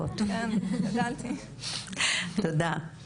לגבי העולם המטה-ורס, והפגיעה של העולם החדש.